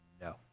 no